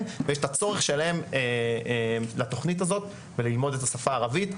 ואת הצורך שלהם בתוכנית הזאת ובלימוד השפה הערבית.